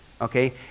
Okay